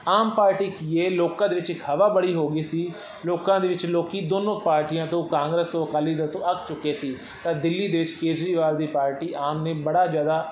ਆਮ party ਕੀ ਹੈ ਲੋਕਾਂ ਦੇ ਵਿੱਚ ਇੱਕ ਹਵਾ ਬੜੀ ਹੋ ਗਈ ਸੀ ਲੋਕਾਂ ਦੇ ਵਿੱਚ ਲੋਕ ਦੋਨੋਂ ਪਾਰਟੀਆਂ ਤੋਂ ਕਾਂਗਰਸ ਤੋਂ ਅਕਾਲੀ ਦਲ ਤੋਂ ਅੱਕ ਚੁੱਕੇ ਸੀ ਤਾਂ ਦਿੱਲੀ ਦੇਸ਼ ਕੇਜਰੀਵਾਲ ਦੀ ਪਾਰਟੀ ਆਮ ਨੇ ਬੜਾ ਜ਼ਿਆਦਾ